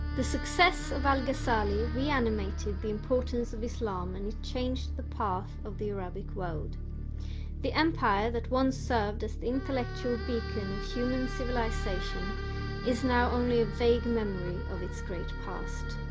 the success of al-ghazali reanimated the importance of islam and it changed the path of the arabic world the empire that once served as the intellectual beacon human civilization is now only a vague memory of its great past